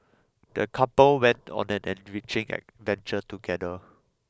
the couple went on an enriching adventure together